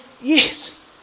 yes